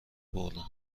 بردم